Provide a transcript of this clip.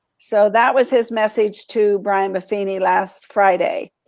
so that was his message to brian buffini last friday.